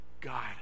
God